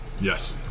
yes